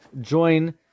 join